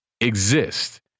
exist